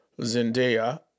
Zendaya